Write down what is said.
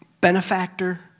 Benefactor